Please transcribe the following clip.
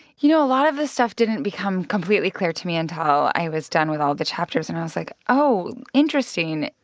you know, a lot of this stuff didn't become completely clear to me until i was done with all the chapters. and i was like, oh, interesting.